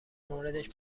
موردش